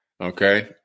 okay